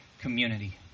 community